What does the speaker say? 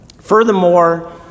Furthermore